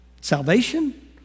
salvation